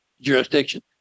jurisdiction